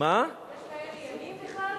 יש כאלה ימים בכלל?